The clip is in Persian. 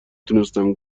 تونستم